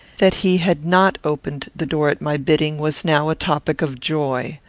that he had not opened the door at my bidding was now a topic of joy.